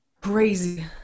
crazy